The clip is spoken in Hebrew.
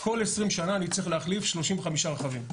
כל 20 שנה אני צריך להחליף 35 רכבים.